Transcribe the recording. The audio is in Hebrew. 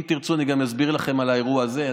אם תרצו אני גם אסביר לכם על האירוע הזה,